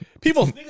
people